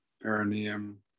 perineum